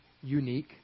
unique